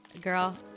Girl